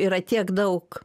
yra tiek daug